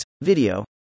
video